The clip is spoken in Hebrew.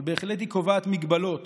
אבל היא בהחלט קובעת מגבלות